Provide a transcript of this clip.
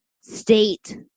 state